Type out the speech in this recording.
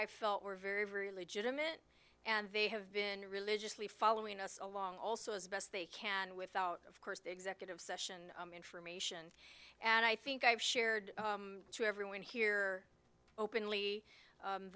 i felt were very very legitimate and they have been religiously following us along also as best they can without of course the executive session information and i think i've shared to everyone here openly